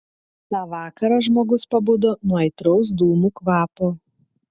tą vakarą žmogus pabudo nuo aitraus dūmų kvapo